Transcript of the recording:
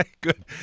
Good